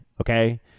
Okay